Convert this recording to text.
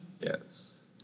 Yes